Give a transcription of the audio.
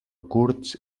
curts